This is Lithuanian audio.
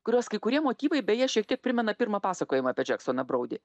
kurios kai kurie motyvai beje šiek tiek primena pirmą pasakojimą apie džeksoną braudį